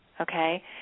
okay